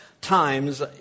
times